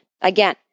Again